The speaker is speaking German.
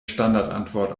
standardantwort